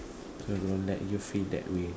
so they won't let you feel that way